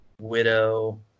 Widow